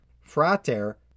Frater